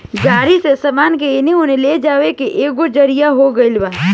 गाड़ी से सामान के एने ओने ले जाए के एगो जरिआ हो गइल बा